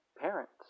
parents